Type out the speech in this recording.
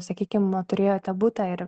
sakykim turėjote butą ir